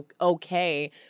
okay